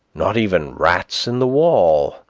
not even rats in the wall,